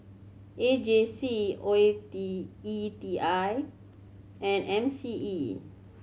A J C O E T E T I and M C E